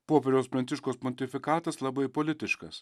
popiežiaus pranciškaus pontifikatas labai politiškas